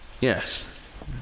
Yes